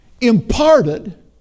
imparted